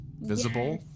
visible